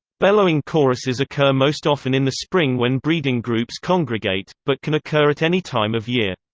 bellowing choruses occur most often in the spring when breeding groups congregate, but can occur at any time of year.